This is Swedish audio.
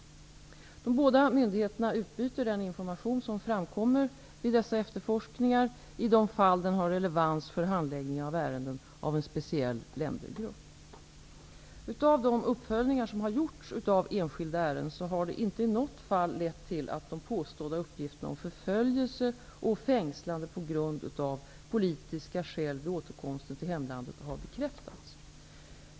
De båda myndigheterna utbyter den information som framkommer vid dessa efterforskningar i de fall den har relevans för handläggningen av ärenden av en speciell ländergrupp. De uppföljningar som har gjorts av enskilda ärenden har inte i något fall lett till att de påstådda uppgifterna om förföljelse och fängslande på grund av politiska skäl vid återkomsten till hemlandet har bekräftats.